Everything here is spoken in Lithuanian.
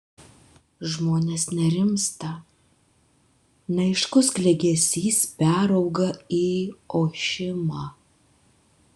žmonės nerimsta neaiškus klegesys perauga į ošimą